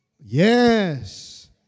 Yes